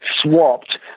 swapped